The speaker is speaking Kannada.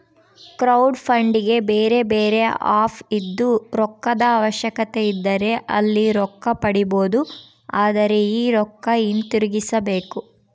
ಕ್ರೌಡ್ಫಂಡಿಗೆ ಬೇರೆಬೇರೆ ಆಪ್ ಇದ್ದು, ರೊಕ್ಕದ ಅವಶ್ಯಕತೆಯಿದ್ದರೆ ಅಲ್ಲಿ ರೊಕ್ಕ ಪಡಿಬೊದು, ಆದರೆ ಈ ರೊಕ್ಕ ಹಿಂತಿರುಗಿಸಬೇಕು